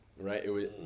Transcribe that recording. right